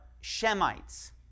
Shemites